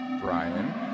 Brian